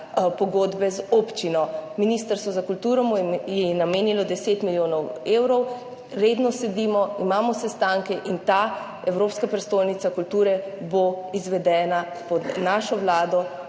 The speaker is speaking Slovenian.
pogodbe z občino. Ministrstvo za kulturo ji je namenilo 10 milijonov evrov, redno sedimo, imamo sestanke in ta evropska prestolnica kulture bo izvedena pod našo vlado